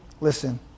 Listen